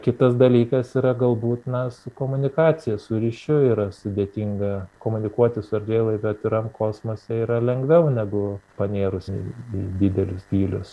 kitas dalykas yra galbūt na su komunikacija su ryšiu yra sudėtinga komunikuoti su erdvėlaiviu atviram kosmose yra lengviau negu panėrusiam į didelius gylius